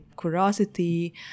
curiosity